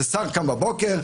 שר קם בבוקר,